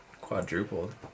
Quadrupled